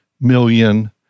million